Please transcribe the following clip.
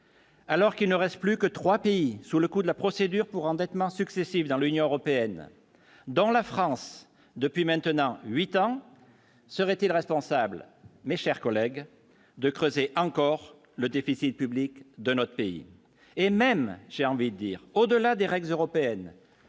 Alors qu'il ne reste plus que 3 pays sous le coup de la procédure pour endettement successives dans l'Union européenne dans la France depuis maintenant 8 ans serait irresponsable mais, chers collègues de creuser encore le déficit public de notre pays,